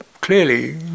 clearly